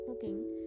cooking